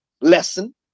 lesson